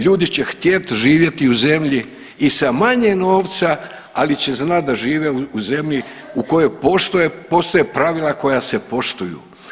Ljudi će htjet živjeti u zemlji i sa manje novca, ali će znat da žive u zemlji u kojoj postoje pravila koja se poštuju.